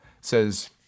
Says